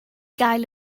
gael